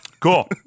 cool